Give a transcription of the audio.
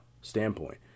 standpoint